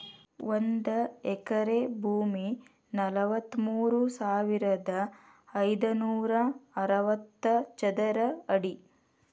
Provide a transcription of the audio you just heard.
ಒಂದ ಎಕರೆ ಭೂಮಿ ನಲವತ್ಮೂರು ಸಾವಿರದ ಐದನೂರ ಅರವತ್ತ ಚದರ ಅಡಿ